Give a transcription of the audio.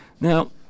Now